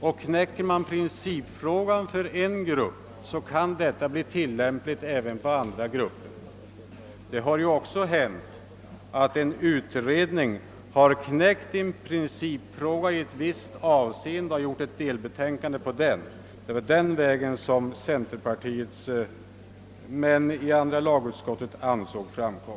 Och gör man det för en grupp, så kan det bli tillämpligt även på andra grupper. Det har också hänt att en utredning har knäckt en principfråga i ett visst avseende och presenterar ett delbetänkande om den. Det är den vägen centerpartiets representanter har velat förorda men andra lagutskottet inte har ansett framkom